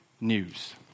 news